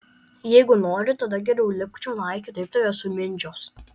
jeigu nori tada geriau lipk čionai kitaip tave sumindžios